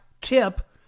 tip